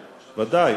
ודאי,